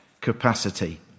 capacity